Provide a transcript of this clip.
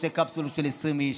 שתי קפסולות של 20 איש,